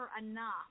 enough